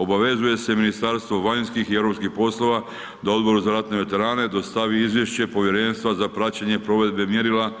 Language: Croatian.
Obavezuje se Ministarstvo vanjskih i europskih poslova da Odboru za ratne veterane dostavi izvješće Povjerenstva za praćenje provedbe mjerila